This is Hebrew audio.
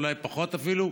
אולי פחות אפילו,